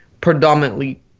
predominantly